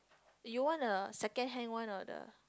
you want a secondhand one or the